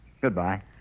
Goodbye